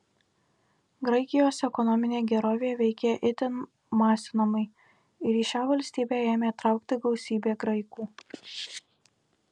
graikijos ekonominė gerovė veikė itin masinamai ir į šią valstybę ėmė traukti gausybė graikų